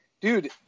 Dude